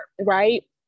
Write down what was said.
right